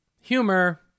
humor